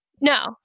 No